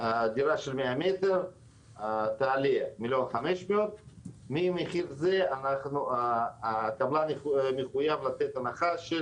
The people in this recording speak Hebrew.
דירה של 100 מטר תעלה 1,500,000 ממחיר זה הקבלן מחויב לתת הנחה של